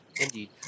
Indeed